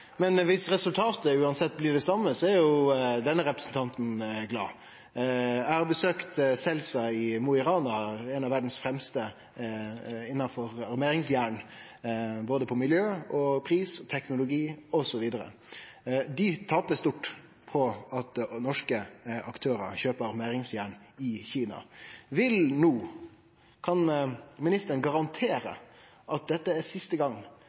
Men viss resultatet uansett blir det same, er jo denne representanten glad. Eg har besøkt Celsa i Mo i Rana, ein av verdas fremste innanfor armeringsjern, på både miljø, pris, teknologi osv. Dei taper stort på at norske aktørar kjøper armeringsjern i Kina. Kan ministeren garantere at dette er siste